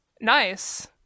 nice